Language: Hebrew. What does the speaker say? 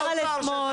לאוצר,